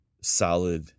solid